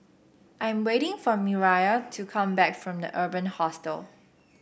I am waiting for Miriah to come back from the Urban Hostel